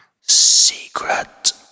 Secret